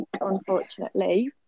unfortunately